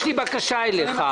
יש לי בקשה אליך,